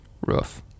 rough